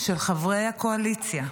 של חברי הקואליציה,